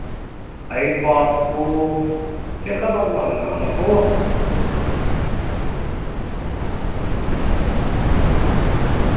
light bulb ᱠᱚ ᱪᱮᱫᱞᱮᱠᱟ ᱫᱟᱢ ᱨᱮᱱᱟᱜ ᱢᱮᱱᱟᱜᱼᱟ ᱚᱱᱟ ᱠᱚ